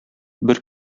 бер